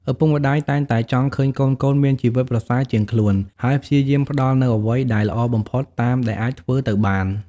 ឪពុកម្ដាយតែងតែចង់ឃើញកូនៗមានជីវិតប្រសើរជាងខ្លួន ហើយព្យាយាមផ្ដល់នូវអ្វីដែលល្អបំផុតតាមដែលអាចធ្វើទៅបាន។